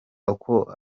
ako